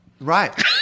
Right